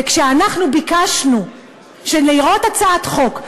וכשאנחנו ביקשנו לראות את הצעת החוק,